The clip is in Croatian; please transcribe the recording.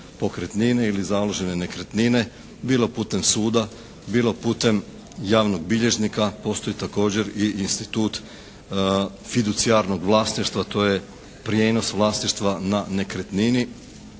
ili založene nekretnine, bilo putem suda, bilo putem javnog bilježnika. Postoji također i institut fiducijarnog vlasništva, to je prijenos vlasništva na nekretnini